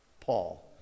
Paul